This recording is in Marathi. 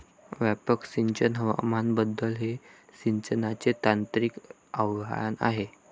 व्यापक सिंचन हवामान बदल हे सिंचनाचे तांत्रिक आव्हान आहे